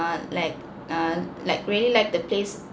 like err like really like the place